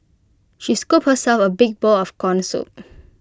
she scooped herself A big bowl of Corn Soup